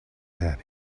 happy